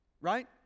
right